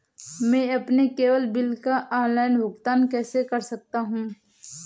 मैं अपने cable bill का ऑनलाइन भुगतान कैसे कर सकता हूं?